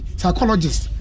psychologist